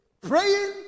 Praying